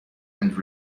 and